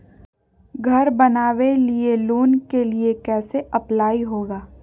घर बनावे लिय लोन के लिए कैसे अप्लाई होगा?